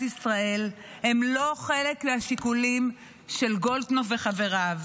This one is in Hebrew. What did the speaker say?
ישראל הם לא חלק מהשיקולים של גולדקנופ וחבריו.